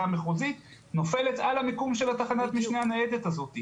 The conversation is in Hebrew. המחוזית נופלת על המיקום של תחנת המשנה הניידת הזו.